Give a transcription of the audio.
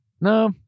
no